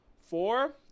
Four